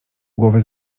głowy